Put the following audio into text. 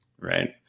Right